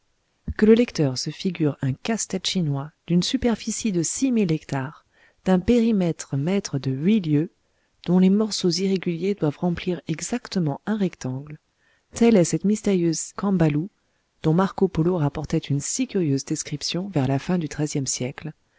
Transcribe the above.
que le lecteur se figure un casse-tête chinois d'une superficie de six mille hectares d'un périmètre mètre de huit lieues dont les morceaux irréguliers doivent remplir exactement un rectangle telle est cette mystérieuse kambalu dont marco polo rapportait une si curieuse description vers la fin du xiiie siècle